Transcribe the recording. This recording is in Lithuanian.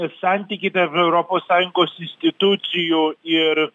santykiai tarp europos sąjungos institucijų ir